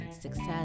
success